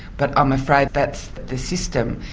but i'm afraid that's the system,